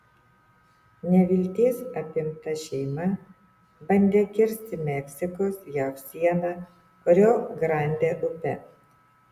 nevilties apimta šeima bandė kirsti meksikos jav sieną rio grande upe